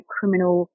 Criminal